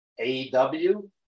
AEW